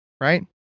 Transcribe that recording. right